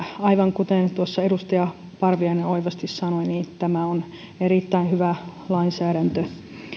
aivan kuten tuossa edustaja parviainen oivasti sanoi tämä on erittäin hyvä lainsäädäntö